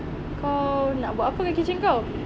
kau nak buat apa dengan kitchen kau